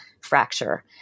fracture